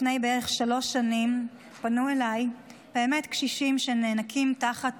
לפני בערך שלוש שנים פנו אליי קשישים שנאנקים תחת